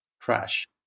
trash